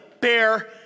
bear